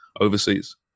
overseas